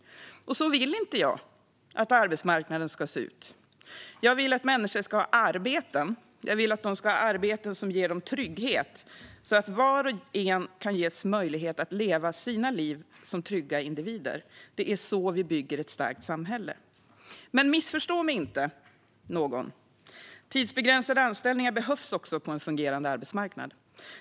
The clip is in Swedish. Så vill inte jag att arbetsmarknaden ska se ut. Jag vill att människor ska ha arbeten som ger trygghet, så att alla och envar kan ges möjlighet att leva sina liv som trygga individer. Det är så vi bygger ett starkt samhälle. Men missförstå mig inte! Tidsbegränsade anställningar behövs också på en fungerande arbetsmarknad.